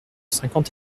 cinquante